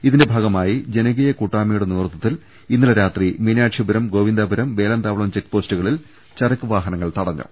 ഇതിന്റെ ഭാഗമായി ജനകീയ കൂട്ടായ്മയുടെ നേതൃത്വത്തിൽ ഇന്നലെ രാത്രി മീനാക്ഷിപുരം ഗോവിന്ദാപുരം വേലന്താവളം ചെക്ക് പോസ്റ്റുകളിൽ ചരക്കുവാഹനങ്ങൾ തടഞ്ഞു